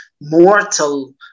mortal